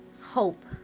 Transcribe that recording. hope